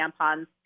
tampons